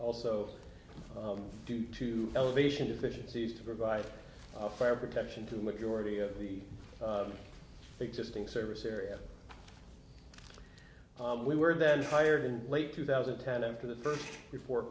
also due to elevation deficiencies to provide a fair protection to majority of the existing service area we were then hired in late two thousand and ten after the first before it